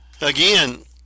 Again